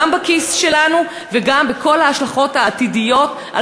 גם בכיס שלנו וגם בכל ההשלכות העתידיות על